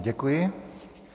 Děkuji.